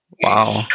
Wow